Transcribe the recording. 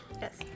Yes